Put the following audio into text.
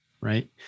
right